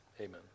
Amen